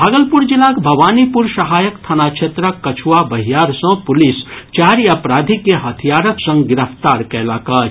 भागलपुर जिलाक भवानीपुर सहायक थाना क्षेत्रक कछुआ बहियार सँ पुलिस चारि अपराधी के हथियारक संग गिरफ्तार कयलक अछि